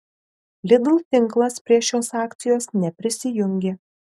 lidl tinklas prie šios akcijos neprisijungė